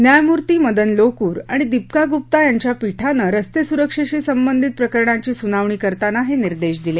न्यायमूर्ती मदन लोकूर आणि दीप्का गुप्ता यांच्या पीठानं रस्तेसुरक्षेशी संबंधित प्रकरणाची सुनावणी करताना हे निर्देश दिले